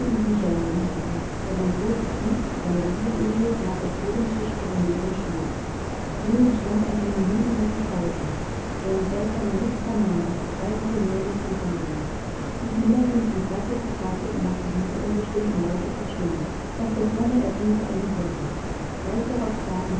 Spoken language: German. bücher in den händen und ein großes buch einer bibel ähnlich lag auf jedem tisch vor dem leeren stuhl nun entstand eine minutenlange pause während welcher man nichts vernahm als das leise gemurmel von zahlen miß miller ging von klasse zu klasse und machte diese unbestimmten laute verstummen aus der ferne ertönte eine glocke gleich darauf traten